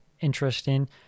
interesting